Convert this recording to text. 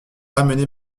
amener